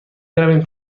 برویم